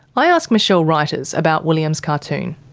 i ask michele ruyters about william's cartoon.